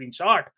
screenshot